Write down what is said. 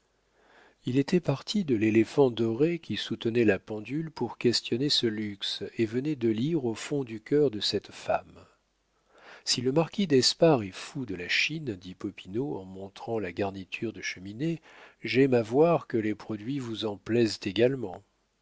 il était parti de l'éléphant doré qui soutenait la pendule pour questionner ce luxe et venait de lire au fond du cœur de cette femme si le marquis d'espard est fou de la chine dit popinot en montrant la garniture de cheminée j'aime à voir que les produits vous en plaisent également